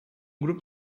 grupo